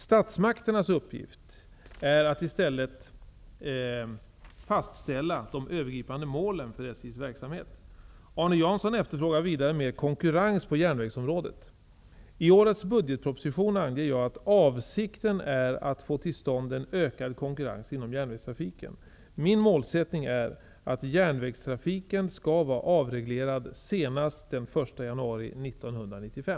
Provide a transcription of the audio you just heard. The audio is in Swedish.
Statsmakternas uppgift är i stället att fastställa de övergripande målen för SJ:s verksamhet. Arne Jansson efterfrågar vidare mer konkurrens på järnvägsområdet. I årets budgetproposition anger jag att avsikten är att få till stånd en ökad konkurrens inom järnvägstrafiken. Min målsättning är att järnvägstrafiken skall vara avreglerad senast den 1 januari 1995.